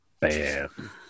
Bam